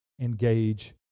engage